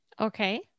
Okay